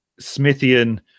Smithian